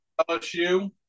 LSU